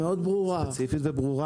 מאוד ברורה,